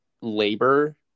labor